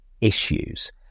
issues